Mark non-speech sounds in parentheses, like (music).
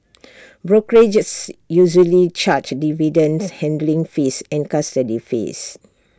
(noise) brokerages usually charge dividend handling fees and custody fees